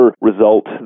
result